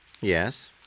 Yes